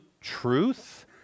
truth